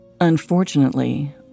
Unfortunately